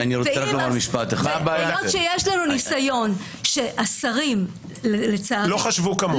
למרות שיש לנו ניסיון שהשרים לצערי --- לא חשבו כמוכם.